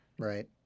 Right